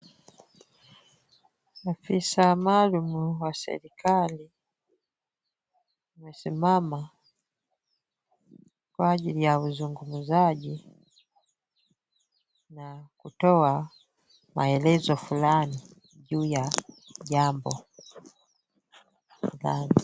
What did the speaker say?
Afisa maalum wa serikali wamesimama kwa ajili ya uzungumzaji na kutoa maelezo fulani juu ya jambo fulani.